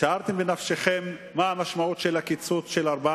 שיערתם בנפשכם מה המשמעות של הקיצוץ של 14